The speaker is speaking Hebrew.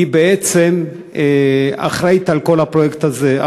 בעצם אחראית לכל הפרויקט הזה.